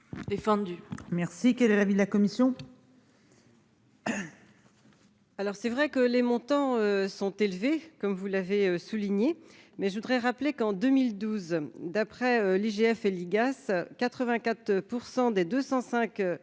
défendu. Quel est l'avis de la commission ?